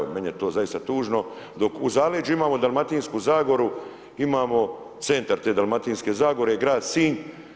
Meni je to zaista tužno, dok u zaleđu imamo Dalmatinsku zagoru, imamo centar te Dalmatinske zagore, grad Sinj.